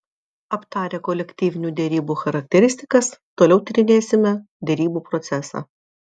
aptarę kolektyvinių derybų charakteristikas toliau tyrinėsime derybų procesą